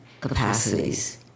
capacities